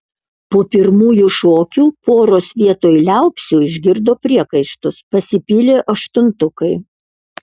po pirmųjų šokių poros vietoj liaupsių išgirdo priekaištus pasipylė aštuntukai